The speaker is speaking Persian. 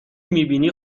میبینی